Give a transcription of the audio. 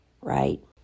right